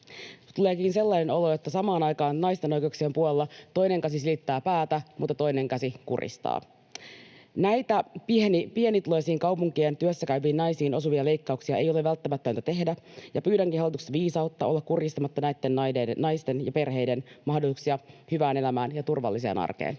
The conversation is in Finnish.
Tuleekin sellainen olo, että samaan aikaan naisten oikeuksien puolella toinen käsi silittää päätä, mutta toinen käsi kuristaa. Näitä pienituloisiin kaupunkien työssäkäyviin naisiin osuvia leikkauksia ei ole välttämätöntä tehdä, ja pyydänkin hallitukselta viisautta olla kurjistamatta näitten naisten ja perheiden mahdollisuuksia hyvään elämään ja turvalliseen arkeen.